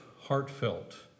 heartfelt